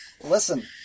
Listen